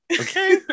Okay